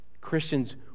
Christians